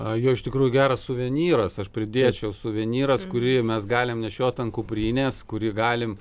jo iš tikrųjų geras suvenyras aš pridėčiau suvenyras kurį mes galim nešiot ant kuprinės kurį galim